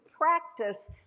practice